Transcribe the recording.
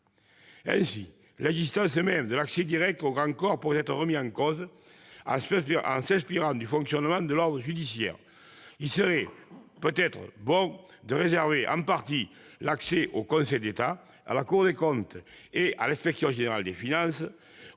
Ainsi, l'existence même de l'accès direct aux grands corps pourrait être remise en cause en s'inspirant du fonctionnement de l'ordre judiciaire. Il serait peut-être bon de réserver en partie l'accès au Conseil d'État, à la Cour des comptes et à l'Inspection générale des finances